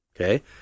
Okay